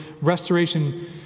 restoration